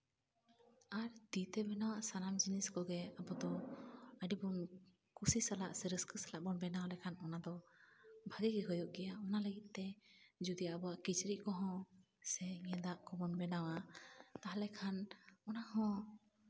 ᱟᱨ ᱛᱤᱛᱮ ᱵᱮᱱᱟᱣᱟᱜ ᱥᱟᱱᱟᱢ ᱡᱤᱱᱤᱥ ᱠᱚᱜᱮ ᱟᱵᱚ ᱫᱚ ᱟᱹᱰᱤ ᱵᱚᱱ ᱠᱩᱥᱤ ᱥᱟᱞᱟᱜ ᱥᱮ ᱨᱟᱹᱥᱠᱟᱹ ᱥᱟᱞᱟᱜ ᱵᱚᱱ ᱵᱮᱱᱟᱣ ᱞᱮᱠᱷᱟᱱ ᱚᱱᱟ ᱫᱚ ᱵᱷᱟᱜᱮ ᱜᱮ ᱦᱩᱭᱩᱜ ᱜᱮᱭᱟ ᱚᱱᱟ ᱞᱟᱹᱜᱤᱫ ᱛᱮ ᱡᱩᱫᱤ ᱟᱵᱚᱣᱟᱜ ᱠᱤᱪᱨᱤᱪ ᱠᱚᱦᱚᱸ ᱥᱮ ᱜᱮᱸᱫᱟᱜ ᱠᱚᱵᱚᱱ ᱵᱮᱱᱟᱣᱟ ᱛᱟᱦᱚᱞᱮ ᱠᱷᱟᱱ ᱚᱱᱟᱦᱚᱸ